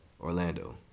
Orlando